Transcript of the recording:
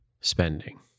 spending